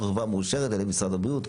אנחנו חברה מאושרת על ידי משרד הבריאות,